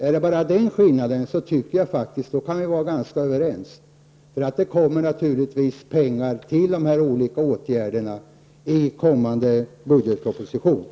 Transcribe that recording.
Är det bara den skillnaden, tycker jag faktiskt att vi kan vara överens. Pengar till de här olika åtgärderna kommer naturligtvis att anslås i budgetpropositionen.